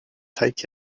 take